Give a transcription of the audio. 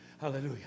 Hallelujah